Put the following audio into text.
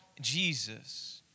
Jesus